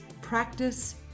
practice